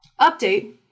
Update